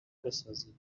بسازیم